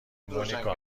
مونیکا